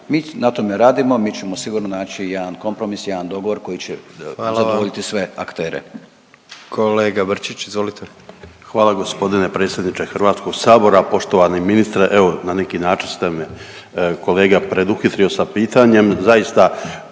Mi na tome radimo, mi ćemo sigurno naći jedan kompromis, jedan dogovor koji će zadovoljiti sve aktere. **Jandroković, Gordan (HDZ)** Hvala vam. Kolega Brčić, izvolite. **Brčić, Luka (HDZ)** Hvala gospodine predsjedniče Hrvatskog sabora, poštovani ministre. Evo na neki način ste me kolega preduhitrio sa pitanjem.